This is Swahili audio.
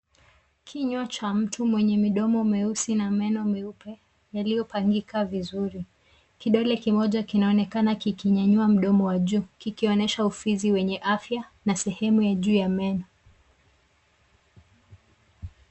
Kinywa cha mtu mwenye midomo meusi na meno meupe yaliyopangika vizuri. Kidole kimoja kinaonekana kikinyanyua mdomo wa juu kikionyesha ufizi wenye afya na sehemu ya juu ya meno.